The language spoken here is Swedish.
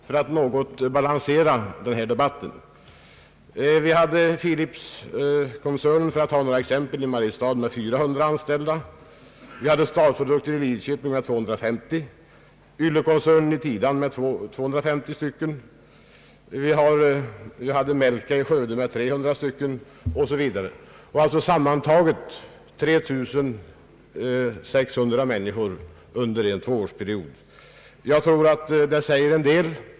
För att ta några exempel hade vi Philipskoncernen i Mariestad med 400 anställda, vi hade Stalprodukter i Lidköping med 250, Yllekoncernen i Tidan med 250, och Melka i Skövde med 300 anställda. Sammantaget har alltså 3 600 människor friställts under en tvåårsperiod. Jag anser att det säger en del.